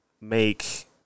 make